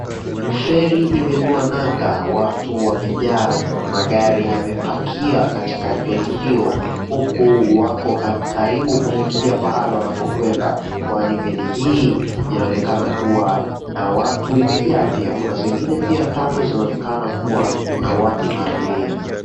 Ferry imeng'oa nanga, watu wamejaa magari yamepakia katika ferry hiyo huku wako karibu kufikia pahali wanapokwenda kwani meli hii inaoneka a kuwa na watu imejaa pia kuna zingine kando pia zinazoonekana kuwa na watu na abiria.